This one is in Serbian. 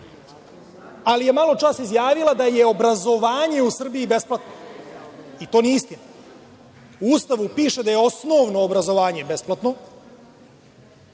ali je maločas izjavila da je obrazovanje u Srbiji besplatno i to nije istina. U Ustavu piše da je osnovno obrazovanje besplatno